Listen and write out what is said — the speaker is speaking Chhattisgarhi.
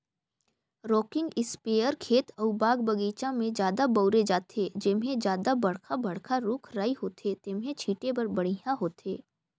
रॉकिंग इस्पेयर खेत अउ बाग बगीचा में जादा बउरे जाथे, जेम्हे जादा बड़खा बड़खा रूख राई होथे तेम्हे छीटे बर बड़िहा होथे